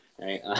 right